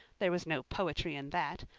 there was no poetry in that.